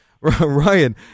Ryan